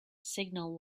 signal